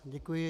Děkuji.